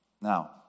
Now